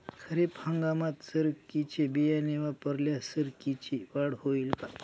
खरीप हंगामात सरकीचे बियाणे वापरल्यास सरकीची वाढ होईल का?